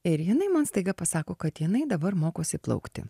ir jinai man staiga pasako kad jinai dabar mokosi plaukti